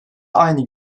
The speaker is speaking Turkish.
aynı